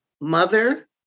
mother